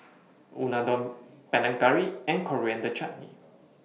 Unadon Panang Curry and Coriander Chutney